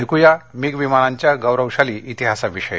ऐकू या मिग विमानांच्या गौरवशाली इतिहासाविषयी